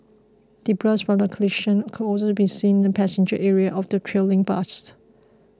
debris from the collision could also be seen in the passenger area of the trailing bus